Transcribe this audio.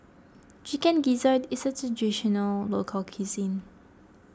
Chicken Gizzard is a Traditional Local Cuisine